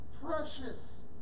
precious